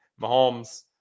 Mahomes